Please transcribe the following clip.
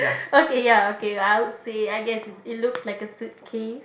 okay ya okay I would say I guess it's it looked like a suitcase